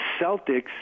Celtics